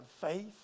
faith